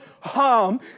harm